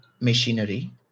machinery